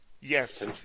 Yes